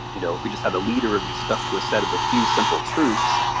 you know if we just had a leader and we stuck to a set of a few simple truths,